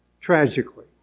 tragically